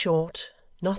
in short,